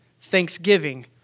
thanksgiving